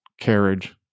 carriage